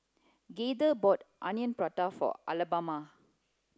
Gaither bought onion Prata for Alabama